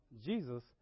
Jesus